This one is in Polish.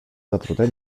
zatrute